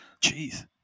Jeez